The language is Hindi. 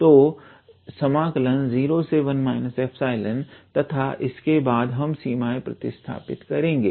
तो 01 ∈ तथा इसके बाद हम सीमाएं प्रतिस्थापित करेंगे